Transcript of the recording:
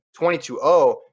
22-0